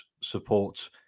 support